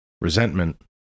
resentment